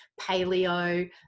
paleo